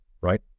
right